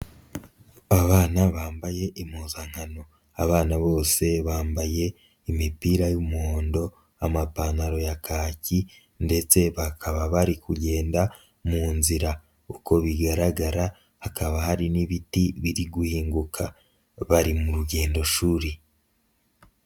Abana bambaye impuzankano, abana bose bambaye imipira y'umuhondo, amapantaro ya kaki ndetse bakaba bari kugenda mu nzi, uko bigaragara hakaba hari n'ibiti biri guhinguka bari mu rugendo shuri.